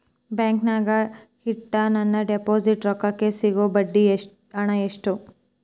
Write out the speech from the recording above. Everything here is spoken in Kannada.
ಬ್ಯಾಂಕಿನಾಗ ಇಟ್ಟ ನನ್ನ ಡಿಪಾಸಿಟ್ ರೊಕ್ಕಕ್ಕೆ ಸಿಗೋ ಬಡ್ಡಿ ಹಣ ಎಷ್ಟು?